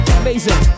amazing